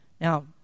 Now